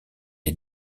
est